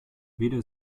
weder